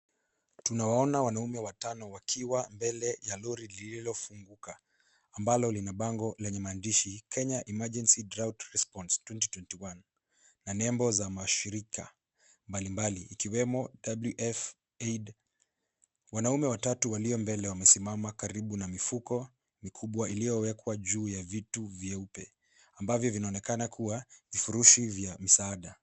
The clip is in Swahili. Tunawaona wanaume watano wakiwa mbele ya lori lililofunguka ambalo lina bango lenye maandishi Kenya Emergency Drought Response 2021 na nembo za mashirika mbalimbali ikiwemo WF-AID. Wanaume watatu walio mbele wamesimama karibu na mifuko mikubwa iliyowekwa juu ya vitu vyeupe ambavyo vinaonekana kuwa vifurushi vya misaada.